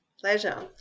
Pleasure